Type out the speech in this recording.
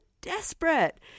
desperate